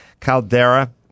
Caldera